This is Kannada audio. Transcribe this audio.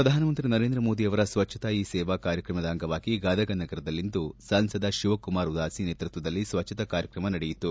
ಪ್ರಧಾನಮಂತ್ರಿ ನರೇಂದ್ರ ಮೋದಿಯವರ ಸ್ವಜ್ಞತಾ ಹೀ ಸೇವಾ ಕಾರ್ಯಕ್ರಮದ ಅಂಗವಾಗಿ ಗದಗ ನಗರದಲ್ಲಿಂದು ಸಂಸದ ಶಿವಕುಮಾರ ಉದಾಸಿ ನೇತೃತ್ವದಲ್ಲಿ ಸ್ವಜ್ವತಾ ಕಾರ್ಯಕ್ರಮ ನಡೆಯಿತು